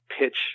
pitch